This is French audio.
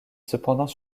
cependant